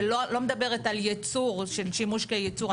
ולא מדברת על ייצור של שימוש כייצור,